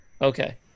Okay